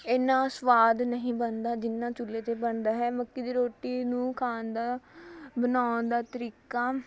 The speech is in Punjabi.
ਇੰਨਾ ਸਵਾਦ ਨਹੀਂ ਬਣਦਾ ਜਿੰਨਾ ਚੁੱਲ੍ਹੇ 'ਤੇ ਬਣਦਾ ਹੈ ਮੱਕੀ ਦੀ ਰੋਟੀ ਨੂੰ ਖਾਣ ਦਾ ਬਣਾਉਣ ਦਾ ਤਰੀਕਾ